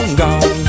gone